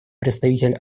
представитель